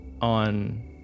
on